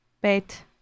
bet